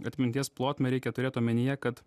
atminties plotmę reikia turėt omenyje kad